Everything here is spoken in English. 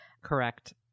Correct